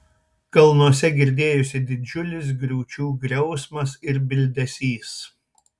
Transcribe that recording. kalnuose girdėjosi didžiulis griūčių griausmas ir bildesys